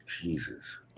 Jesus